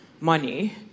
money